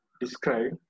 describe